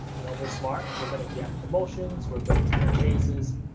you know, we're smart, we're gonna get promotions, we're going to get raises,